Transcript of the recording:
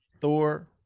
Thor